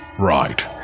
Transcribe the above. Right